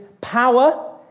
power